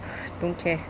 don't care